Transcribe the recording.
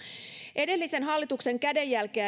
edellisen hallituksen kädenjälkeä